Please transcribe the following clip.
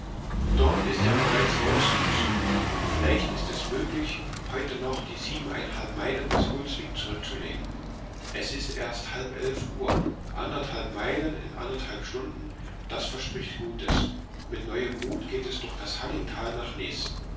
dort ist ja bereits rolfshus vielleicht ist es möglich heute noch die siebeneinhalb meilen bis gulsvik zurückzulegen es ist erst halb elf uhr anderthalb meilen in anderthalb stunden das verspricht gutes mit neuem mut geht es durch das hallingtal nach nes